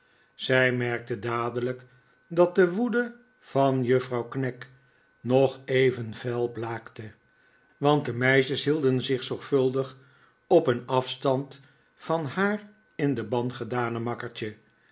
zij merkte dadelijk dat de woede van juffrouw knag nog even fel blaakte want de meisjes hielden zich zorgvuldig op een afstand van haar in den ban gedane makkertje